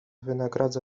wynagradza